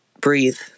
breathe